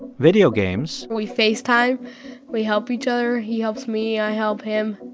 video games. we facetime. we help each other. he helps me. i help him.